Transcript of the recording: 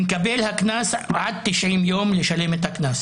למקבל הקנס עד 90 יום לשלם את הקנס.